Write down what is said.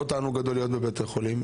זה לא תענוג גדול להיות בבית החולים,